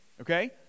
Okay